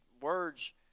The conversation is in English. words